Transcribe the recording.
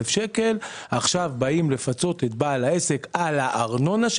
שקל עכשיו באים לפצות את בעל העסק על הארנונה,